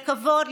לכבוד,